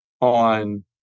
on